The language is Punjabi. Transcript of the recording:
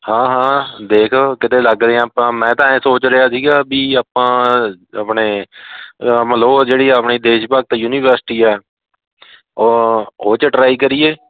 ਹਾਂ ਹਾਂ ਦੇਖ ਕਿਤੇ ਲੱਗ ਰਿਹਾ ਆਪਾਂ ਮੈਂ ਤਾਂ ਇਹ ਸੋਚ ਰਹੇ ਸੀਗਾ ਵੀ ਆਪਾਂ ਆਪਣੇ ਅਮਲੋਹ ਜਿਹੜੀ ਆਪਣੀ ਦੇਸ਼ ਭਗਤ ਯੂਨੀਵਰਸਿਟੀ ਹੈ ਉਹ 'ਚ ਟਰਾਈ ਕਰੀਏ